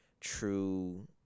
true